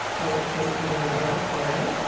well, it's because you've never done it before.